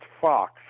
fox